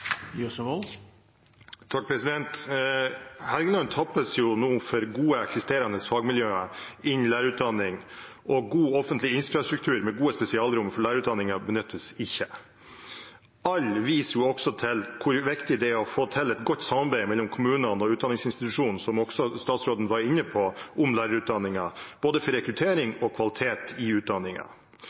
Helgeland tappes nå for gode, eksisterende fagmiljøer innen lærerutdanning, og god offentlig infrastruktur med gode spesialrom for lærerutdanningen benyttes ikke. Alle viser også til hvor viktig det er å få til et godt samarbeid mellom kommunene og utdanningsinstitusjonen, som også statsråden var inne på, om lærerutdanningen, for både rekruttering og kvalitet i